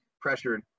pressured